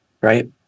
right